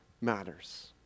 matters